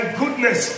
goodness